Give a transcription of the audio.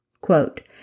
Quote